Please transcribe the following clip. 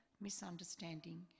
misunderstanding